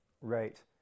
Right